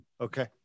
Okay